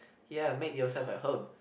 ya make yourself at home